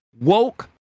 woke